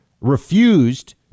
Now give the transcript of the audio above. refused